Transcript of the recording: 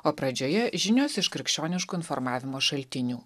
o pradžioje žinios iš krikščioniškų informavimo šaltinių